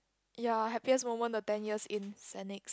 ya happiest moment the ten years in Saint-Nics